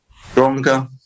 stronger